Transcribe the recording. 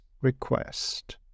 request